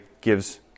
gives